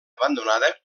abandonada